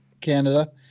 Canada